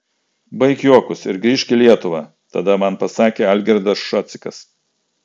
baik juokus ir grįžk į lietuvą tada man pasakė algirdas šocikas